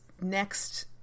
next